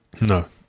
No